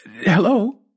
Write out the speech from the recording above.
Hello